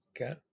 okay